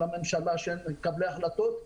של הממשלה ושל מקבלי ההחלטות,